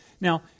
Now